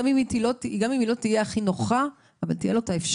גם אם היא לא תהיה הכי נוחה, אבל תהיה לו אפשרות.